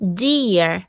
dear